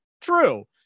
true